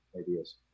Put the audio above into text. ideas